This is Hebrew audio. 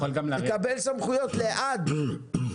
תקבל סמכויות להגיד לי עד כמה,